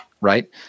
Right